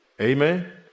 Amen